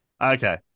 Okay